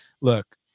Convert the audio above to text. look